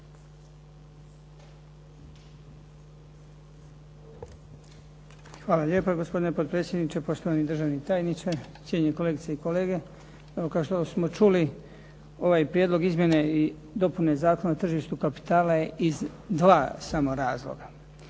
Hvala lijepo gospodine potpredsjedniče. Poštovani državni tajniče, cijenjeni kolegice i kolege. Evo kao što smo čuli ovaj prijedlog izmjene i dopune Zakona o tržištu kapitala je iz dva samo razloga.